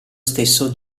stesso